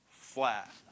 flat